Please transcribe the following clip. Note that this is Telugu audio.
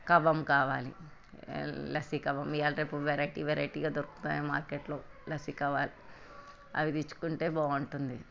కవ్వం కావాలి లస్సీ కవ్వం ఇవాళ రేపు వెరైటీ వెరైటీగా దొరుకుతున్నాయి మార్కెట్లో లస్సీ కవ్వం అవి చాలా తెచ్చుకుంటే బాగుంటుంది